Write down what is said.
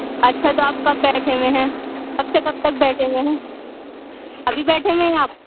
اچھا تو آپ کب بیٹھے ہوئے ہیں کب سے کب تک بیٹھے ہوئے ہیں ابھی بیٹھے ہوئے ہیں آپ